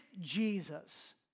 Jesus